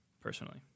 Personally